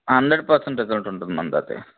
hundred percent result ఉంటుందండి అది